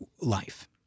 life